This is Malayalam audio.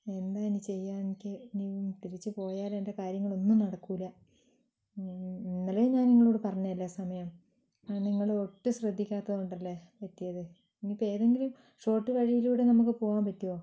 എന്താ ഇനി ചെയ്യുക എനിക്ക് തിരിച്ചു പോയാലും എന്റെ കാര്യങ്ങളൊന്നും നടക്കില്ല ഇന്നലേ ഞാൻ നിങ്ങളോട് പറഞ്ഞതല്ലേ സമയം അത് നിങ്ങൾ ഒട്ടും ശ്രദ്ധിക്കാത്തതു കൊണ്ടല്ലേ പറ്റിയത് ഇനിയിപ്പോൾ ഏതെങ്കിലും ഷോർട്ട് വഴിയിലൂടെ നമുക്ക് പോകുവാൻ പറ്റുമോ